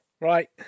Right